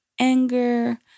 anger